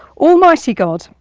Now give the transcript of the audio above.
almighty god,